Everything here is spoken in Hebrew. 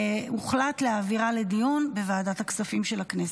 והוחלט להעבירה לדיון לוועדת הכספים של הכנסת.